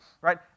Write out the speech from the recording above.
right